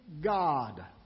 God